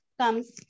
comes